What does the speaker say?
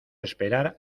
esperar